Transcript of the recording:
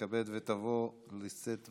תתכבד ותבוא לשאת דברים.